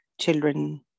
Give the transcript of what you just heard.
children